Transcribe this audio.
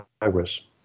Congress